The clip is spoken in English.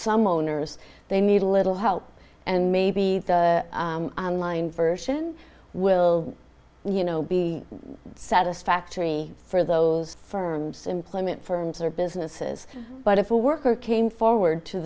some owners they need a little help and maybe the line version will you know be satisfactory for those firms employment for businesses but if a worker came forward to